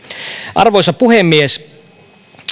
arvoisa puhemies